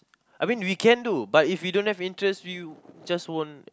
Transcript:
I mean we can do but if we don't have interest we just won't